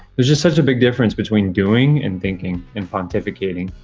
there's just such a big difference between doing and thinking and pontificating.